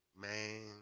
Man